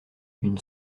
une